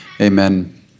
amen